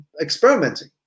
experimenting